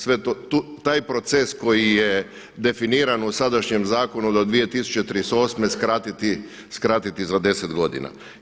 Sve to, taj proces koji je definiran u sadašnjem zakonu do 2038 skratiti za 10 godina.